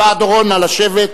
תודה רבה, דורון, נא לשבת.